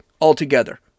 altogether